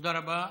תודה רבה.